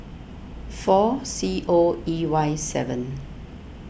four C O E Y seven